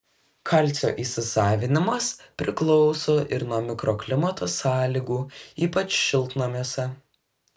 kalcio įsisavinimas priklauso ir nuo mikroklimato sąlygų ypač šiltnamiuose